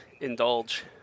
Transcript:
indulge